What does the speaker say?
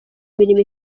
mirimo